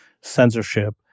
censorship